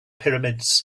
pyramids